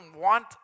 want